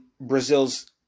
brazil's